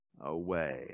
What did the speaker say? away